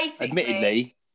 Admittedly